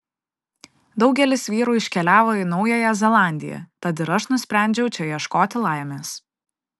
daugelis vyrų iškeliavo į naująją zelandiją tad ir aš nusprendžiau čia ieškoti laimės